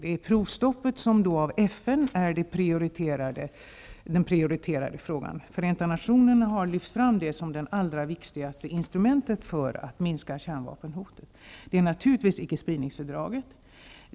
Frågan om provstopp har prioriterats av Förenta nationerna; man har lyft fram provstopp som det allra viktigaste instrumentet för att minska kärnvapenhotet. Det gäller naturligtvis också ickespridningsfördraget.